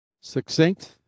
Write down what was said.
Succinct